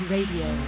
Radio